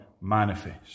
manifest